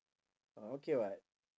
oh okay [what]